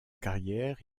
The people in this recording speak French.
carrière